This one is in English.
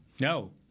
No